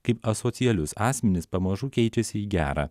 kaip asocialius asmenis pamažu keičiasi į gerą